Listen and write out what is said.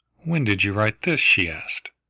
when did you write this? she asked.